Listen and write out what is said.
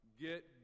get